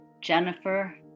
Jennifer